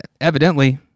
evidently